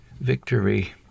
victory